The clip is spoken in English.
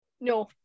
No